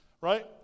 right